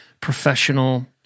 professional